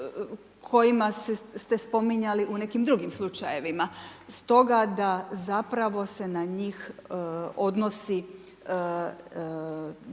kojima ste spominjali u nekim drugim slučajevima stoga da zapravo se na njih odnosi